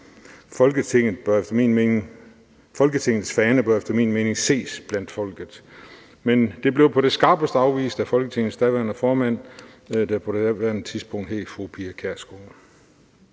Folketingets fane bør efter min mening ses blandt folket. Men det blev på det skarpeste afvist af Folketingets formand, som på daværende tidspunkt var fru Pia Kjærsgaard.